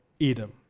Edom